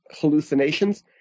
hallucinations